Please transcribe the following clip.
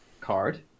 card